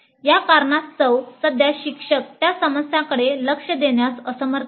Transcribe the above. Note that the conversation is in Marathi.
या कारणास्तव सध्या शिक्षक त्या समस्यांकडे लक्ष देण्यास असमर्थ आहेत